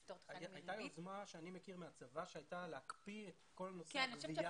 הייתה יוזמה שאני מכיר מהצבא שהייתה להקפיא את כל נושא הגבייה,